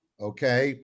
Okay